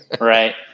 Right